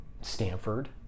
Stanford